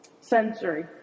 sensory